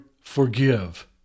forgive